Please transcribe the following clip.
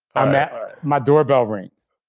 um yeah my doorbell rings.